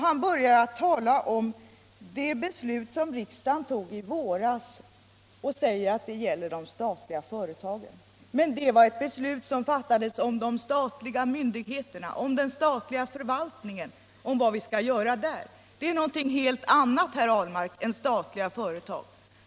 Han börjar med att tala om det beslut som riksdagen fattade i våras och säger att det gäller de statliga företagen. Men det var ett beslut som fattades om de statliga myndigheterna, om vad vi skall göra i den statliga förvaltningen. Det är någonting helt annat, herr Ahlmark, än statliga företag.